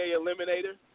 eliminator